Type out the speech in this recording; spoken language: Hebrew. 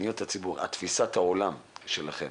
תפיסת העולם שלכם,